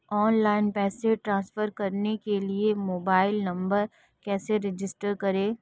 Online पैसे transfer करने के लिए मोबाइल नंबर कैसे रजिस्टर करें?